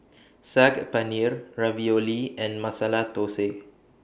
Saag Paneer Ravioli and Masala Dosa